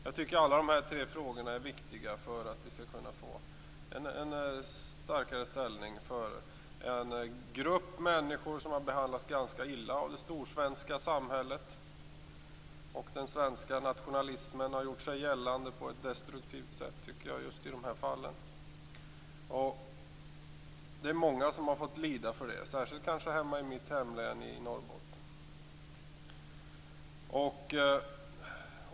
Jag tycker alla de frågorna är viktiga för att vi skall kunna stärka ställningen för en grupp människor som har behandlats ganska illa av det storsvenska samhället. Jag tycker att den svenska nationalismen har gjort sig gällande på ett destruktivt sätt i just de här fallen. Många har fått lida för det, kanske särskilt i mitt hemlän Norrbotten.